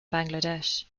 bangladesh